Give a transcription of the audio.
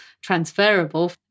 transferable